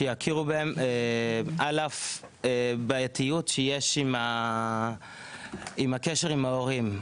שיכירו בהם על אף בעייתיות שיש עם הקשר עם ההורים.